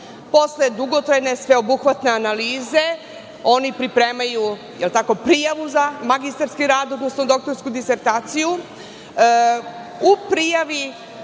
Posle dugotrajne sveobuhvatne analize oni pripremaju prijavu za magistarski rad, odnosno doktorsku disertaciju,